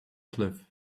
cliff